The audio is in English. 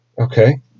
Okay